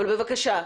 בבקשה,